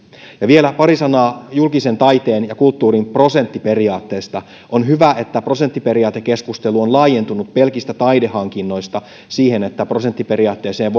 ja vielä pari sanaa julkisen taiteen ja kulttuurin prosenttiperiaatteesta on hyvä että prosenttiperiaatekeskustelu on laajentunut pelkistä taidehankinnoista siihen että prosenttiperiaatteeseen